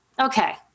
okay